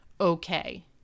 okay